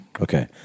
Okay